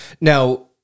Now